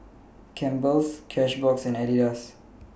Campbell's Cashbox and Adidas